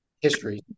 history